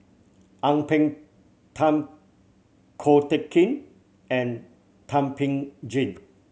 Ang Peng Tiam Ko Teck Kin and Thum Ping Tjin